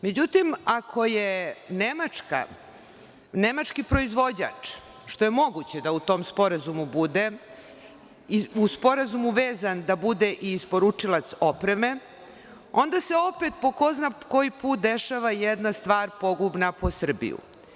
Međutim, ako je Nemačka, nemački proizvođač, što je moguće da u tom sporazumu bude i u sporazumu vezan da bude i isporučilac opreme, onda se opet po ko zna koji put dešava jedna stvar pogubna po Srbiju.